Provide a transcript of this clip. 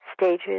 stages